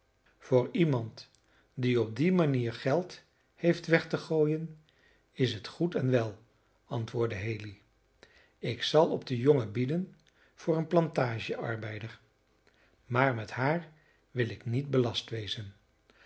voor iemand die op die manier geld heeft weg te gooien is het goed en wel antwoordde haley ik zal op den jongen bieden voor een plantage arbeider maar met haar wil ik niet belast wezen